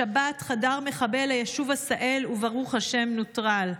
בשבת חדר מחבל ליישוב עשהאל וברוך השם נוטרל.